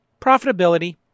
Profitability